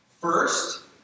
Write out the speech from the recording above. First